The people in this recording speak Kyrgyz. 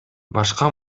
башка